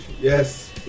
Yes